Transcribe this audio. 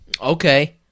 Okay